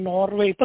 Norway